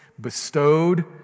bestowed